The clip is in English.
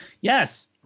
Yes